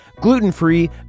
gluten-free